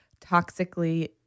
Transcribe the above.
toxically